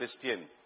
Christian